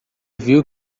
viu